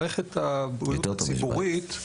יותר טוב משוויץ.